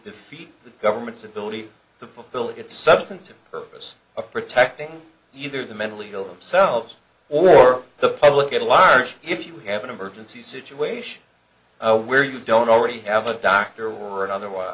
defeat the government's ability to fulfill its substantive purpose of protecting either the mentally ill themselves or the public at large if you have an emergency situation where you don't already have a doctor or otherwise